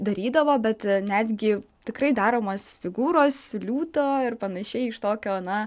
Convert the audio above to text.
darydavo bet netgi tikrai daromos figūros liūto ir panašiai iš tokio na